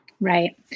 right